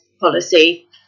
policy